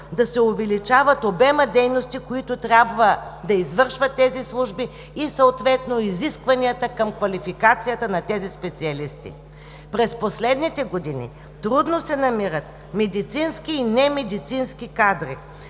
да се увеличава обемът дейности, които трябва да извършват тези служби, и съответно изискванията към квалификацията на тези специалисти. През последните години трудно се намират медицински и немедицински кадри,